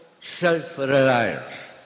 self-reliance